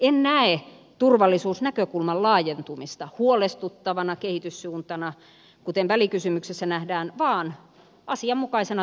en näe turvallisuusnäkökulman laajentumista huolestuttavana kehityssuuntana kuten välikysymyksessä nähdään vaan asianmukaisena tarpeellisena muutoksena